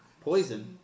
Poison